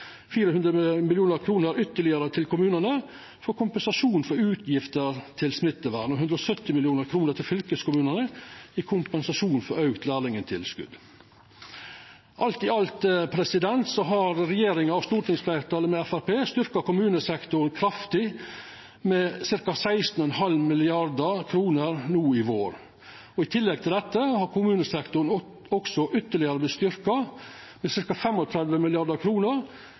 ytterlegare 400 mill. kr til kommunane som kompensasjon for utgifter til smittevern, og 170 mill. kr til fylkeskommunane i kompensasjon for auka lærlingtilskot. Alt i alt har regjeringa og stortingsfleirtalet, med Framstegspartiet, styrkt kommunesektoren kraftig, med ca. 16,5 mrd. kr no i vår. I tillegg til dette har kommunesektoren også ytterlegare vorte styrkt med